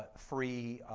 free